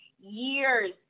years